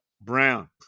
Brown